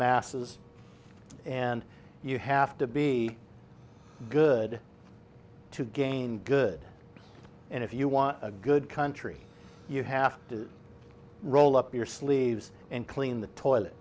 masses and you have to be good to gain good and if you want a good country you have to roll up your sleeves and clean the toilet